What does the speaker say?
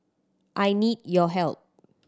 I need your help